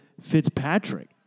Fitzpatrick